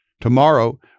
Tomorrow